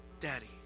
daddy